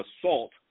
assault